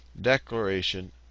declaration